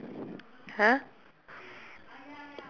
!huh!